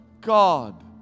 God